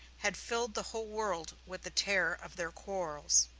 had filled the whole world with the terror of their quarrels.